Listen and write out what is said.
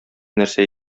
нәрсә